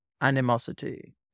animosity